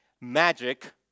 Magic